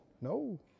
no